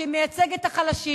שמייצג את החלשים.